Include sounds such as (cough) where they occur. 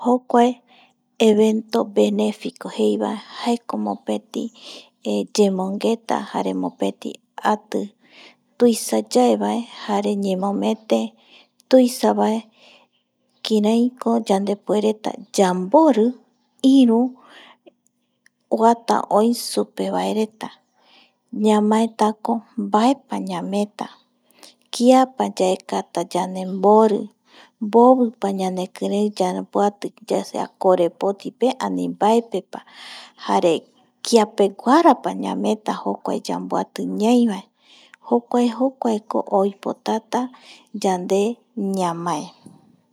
Jokua evento benefico jeivae jaeko mopeti (hesitation) yemongeta jare mopeti ati tuisa yaevae jare ñemomete tuisavae, kiraiko yandepuereta yambori iru oata oi supe vaereta ñamaetako mbaepa ñameeta kiapa yaekata yandembori mbovipa ñanekirei yamboati korepoti, ani mbaepepa, jare kiapeguarapa ñameeta jokua yamboati ñai vae jokua jokuako oipotata yande ñamae.